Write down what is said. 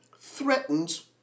threatens